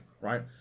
right